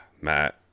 Matt